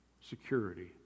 security